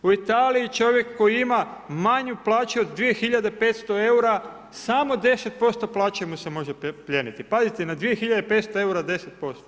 U Italiji čovjek koji ima manju plaću od 2500 eura samo 10% plaće mu se može plijeniti, pazite na 2500 eura 10%